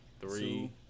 Three